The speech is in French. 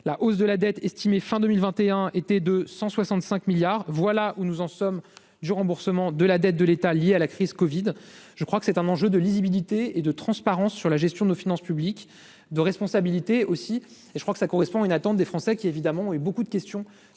la hausse de la dette estimée fin 2021 était de 165 milliards, voilà où nous en sommes du remboursement de la dette de l'État, lié à la crise Covid je crois que c'est un enjeu de lisibilité et de transparence sur la gestion de nos finances publiques de responsabilité aussi et je crois que ça correspond à une attente des Français qui, évidemment, et beaucoup de questions